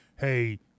hey –